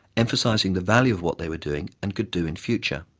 emphasizing the value of what they were doing and could do in future.